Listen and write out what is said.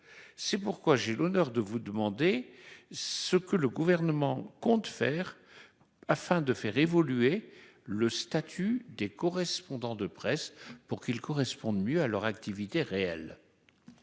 C'est pourquoi j'ai l'honneur de vous demander ce que le gouvernement compte faire. Afin de faire évoluer le statut des correspondants de presse pour qu'ils correspondent mieux à leur activité réelle.